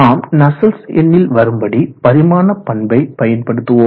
நாம் நஸ்சல்ட்ஸ் எண்ணில் Nusselts number வரும்படி பரிமாண பண்பை பயன்படுத்துவோம்